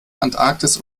antarktis